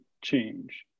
change